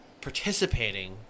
participating